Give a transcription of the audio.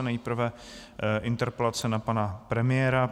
Nejprve interpelace na pana premiéra.